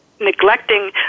neglecting